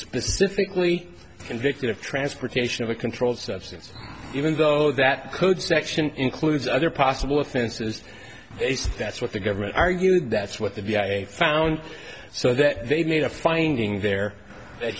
specifically convicted of transportation of a controlled substance even though that code section includes other possible offenses that's what the government argued that's what the be found so that they made a finding there that